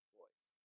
voice